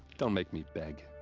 don't make me beg.